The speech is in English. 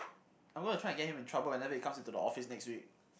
I'm going to try to get him in trouble whenever he comes into the office next week